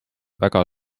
väga